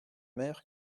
mer